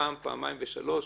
פעם-פעמיים ושלוש,